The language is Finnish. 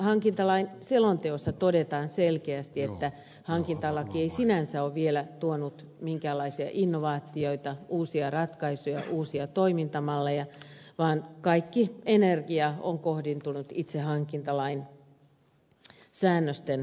hankintalain selonteossa todetaan selkeästi että hankintalaki ei sinänsä ole vielä tuonut minkäänlaisia innovaatioita uusia ratkaisuja tai uusia toimintamalleja vaan toistaiseksi energia on kohdentunut itse hankintalain säännösten tulkitsemiseen